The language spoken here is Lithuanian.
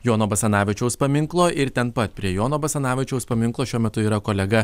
jono basanavičiaus paminklo ir ten pat prie jono basanavičiaus paminklo šiuo metu yra kolega